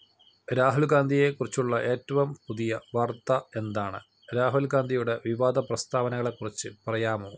രാഹുൽ ഗാന്ധിയെക്കുറിച്ചുള്ള ഏറ്റവും പുതിയ വാർത്ത എന്താണ് രാഹുൽ ഗാന്ധിയുടെ വിവാദ പ്രസ്താവനകളെക്കുറിച്ച് പറയാമോ